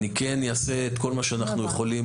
אני כן אעשה את כל מה שאנחנו יכולים